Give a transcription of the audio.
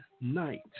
night